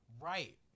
Right